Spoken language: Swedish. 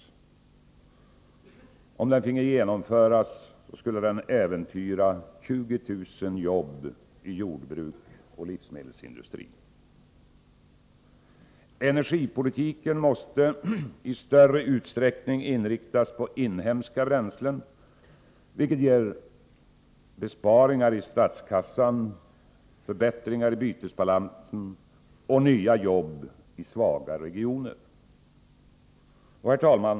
Skulle utpressningspolitiken genomföras skulle den äventyra 20000 jobb i jordbruk och livsmedelsindustri. Energipolitiken måste i större utsträckning inriktas på inhemska bränslen, vilket ger besparingar i statskassan, förbättringar i bytesbalansen och nya jobb i svaga regioner. Herr talman!